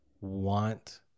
want